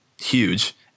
Huge